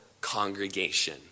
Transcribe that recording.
congregation